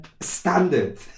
Standard